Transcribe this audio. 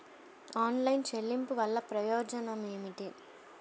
Online చెల్లింపుల వల్ల ఉపయోగమేమిటీ?